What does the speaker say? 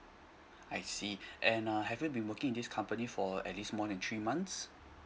I see and uh have you been working in this company for at least more than three months